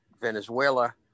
Venezuela